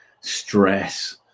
stress